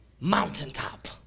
mountaintop